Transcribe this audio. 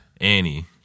Annie